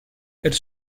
elles